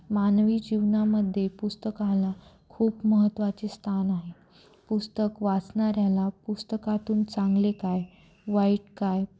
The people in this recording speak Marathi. मानवी जीवनामध्ये पुस्तकाला खूप महत्त्वाचे स्थान आहे पुस्तक वाचणाऱ्याला पुस्तकातून चांगले काय वाईट काय